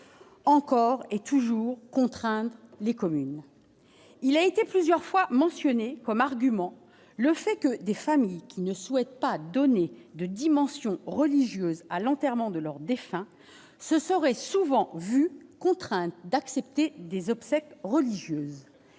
encore et toujours, contraindre les communes, il a été plusieurs fois mentionné comme argument le fait que des familles qui ne souhaite pas donner de dimension religieuse à l'enterrement de leur défunt se serait souvent vu contraints d'accepter des obsèques religieuses,